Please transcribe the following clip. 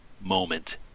moment